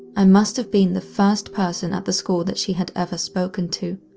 i must've been the first person at the school that she had ever spoken to.